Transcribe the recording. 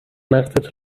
مغزت